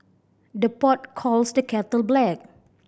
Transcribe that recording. the pot calls the kettle black